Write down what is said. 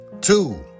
two